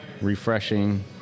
Refreshing